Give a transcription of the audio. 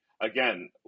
again